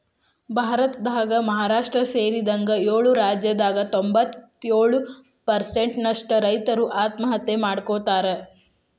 ಭಾರತದಾಗ ಮಹಾರಾಷ್ಟ್ರ ಸೇರಿದಂಗ ಏಳು ರಾಜ್ಯದಾಗ ಎಂಬತ್ತಯೊಳು ಪ್ರಸೆಂಟ್ ನಷ್ಟ ರೈತರು ಆತ್ಮಹತ್ಯೆ ಮಾಡ್ಕೋತಾರ